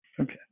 Okay